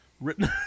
Written